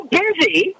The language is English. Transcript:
busy